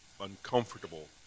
uncomfortable